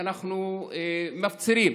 אנחנו מפצירים,